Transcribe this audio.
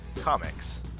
Comics